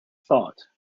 thought